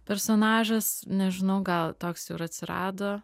personažas nežinau gal toks ir atsirado